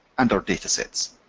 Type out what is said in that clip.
and our datasets.